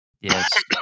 Yes